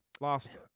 last